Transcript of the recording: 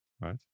right